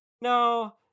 no